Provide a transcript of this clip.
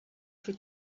for